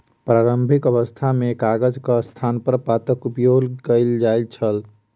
प्रारंभिक अवस्था मे कागजक स्थानपर पातक उपयोग कयल जाइत छल